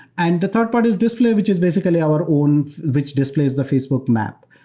and the third part is display, which is basically our own, which displays the facebook map.